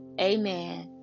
amen